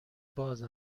باز